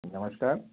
नमस्कार